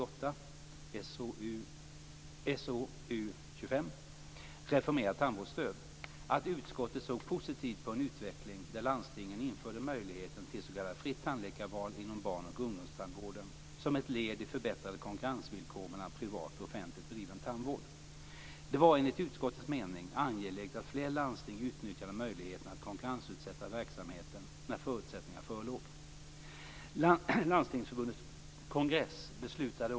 1997/98:SoU25 Reformerat tandvårdsstöd att utskottet såg positivt på en utveckling där landstingen införde möjligheten till s.k. fritt tandläkarval inom barn och ungdomstandvården som ett led i förbättrade konkurrensvillkor mellan privat och offentligt bedriven tandvård. Det var enligt utskottets mening angeläget att fler landsting utnyttjade möjligheten att konkurrensutsätta verksamheten när förutsättningar förelåg.